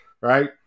right